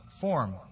form